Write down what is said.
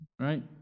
right